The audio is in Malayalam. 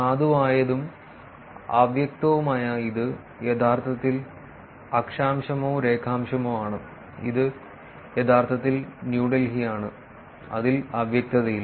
സാധുവായതും അവ്യക്തവുമായ ഇത് യഥാർത്ഥത്തിൽ അക്ഷാംശമോ രേഖാംശമോ ആണ് ഇത് യഥാർത്ഥത്തിൽ ന്യൂഡൽഹി ആണ് അതിൽ അവ്യക്തതയില്ല